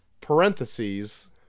parentheses